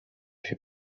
się